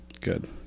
Good